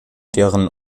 deren